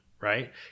right